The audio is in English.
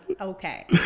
Okay